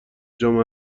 جام